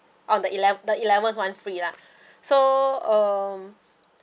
on the eleventh the eleventh one free lah so um